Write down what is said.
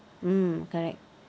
mm correct